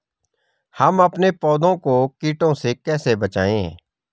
हम अपने पौधों को कीटों से कैसे बचाएं?